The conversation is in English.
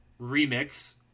remix